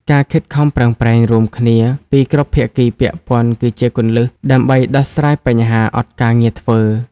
ការខិតខំប្រឹងប្រែងរួមគ្នាពីគ្រប់ភាគីពាក់ព័ន្ធគឺជាគន្លឹះដើម្បីដោះស្រាយបញ្ហាអត់ការងារធ្វើ។